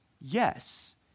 yes